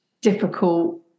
difficult